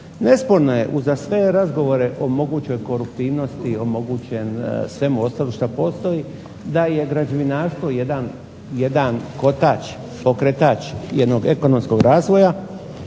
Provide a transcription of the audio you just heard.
Nesporno je uza sve razgovore o mogućoj koruptivnosti, o mogućem svemu ostalom što postoji da je građevinarstvo jedan kotač, pokretač jednog ekonomskog razvoja